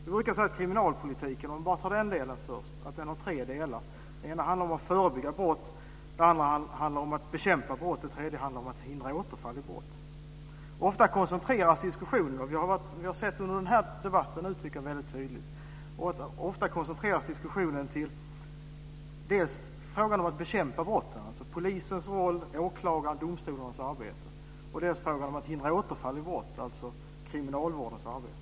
Vi brukar säga att kriminalpolitiken, om jag tar den delen först, har tre delar. Den ena handlar om att förebygga brott, den andra om att bekämpa brott och den tredje handlar om att hindra återfall i brott. Vi har under den här debatten sett det uttryckas väldigt tydligt att diskussionen ofta koncentreras till dels förmågan att bekämpa brotten, polisens roll, åklagarnas och domstolarnas arbete, dels förmågan att hindra återfall i brott, alltså kriminalvårdens arbete.